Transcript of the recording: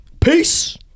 Peace